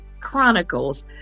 Chronicles